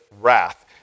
wrath